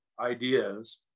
ideas